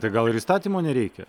tai gal ir įstatymo nereikia